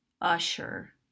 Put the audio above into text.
Usher